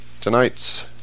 Tonight's